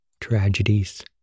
tragedies